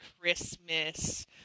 Christmas